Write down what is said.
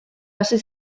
hasi